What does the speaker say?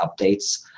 updates